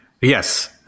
Yes